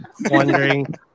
wondering